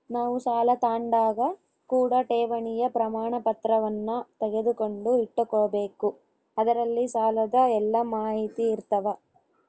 ನಾವು ಸಾಲ ತಾಂಡಾಗ ಕೂಡ ಠೇವಣಿಯ ಪ್ರಮಾಣಪತ್ರವನ್ನ ತೆಗೆದುಕೊಂಡು ಇಟ್ಟುಕೊಬೆಕು ಅದರಲ್ಲಿ ಸಾಲದ ಎಲ್ಲ ಮಾಹಿತಿಯಿರ್ತವ